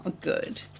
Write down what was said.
good